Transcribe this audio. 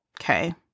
okay